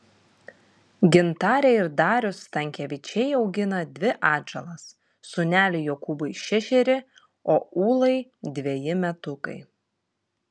gintarė ir darius stankevičiai augina dvi atžalas sūneliui jokūbui šešeri o ūlai dveji metukai